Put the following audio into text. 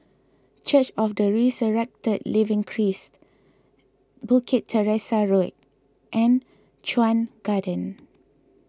Church of the Resurrected Living Christ Bukit Teresa Road and Chuan Garden